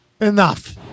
Enough